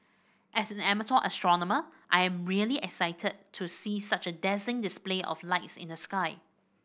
as an amateur astronomer I am really excited to see such a dazzling display of lights in the sky